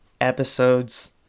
episodes